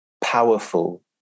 powerful